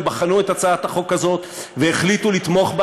הם בחנו את הצעת החוק הזאת והחליטו לתמוך בה